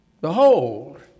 Behold